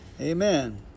Amen